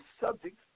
subject